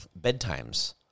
bedtimes